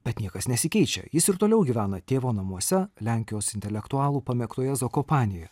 bet niekas nesikeičia jis ir toliau gyvena tėvo namuose lenkijos intelektualų pamėgtoje zakopanėje